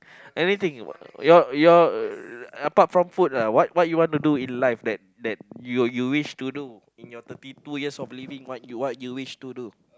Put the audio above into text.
anything your your apart from food lah what what you want to do in life that that you you wish to do in your thirty two years of living what you what you wish to do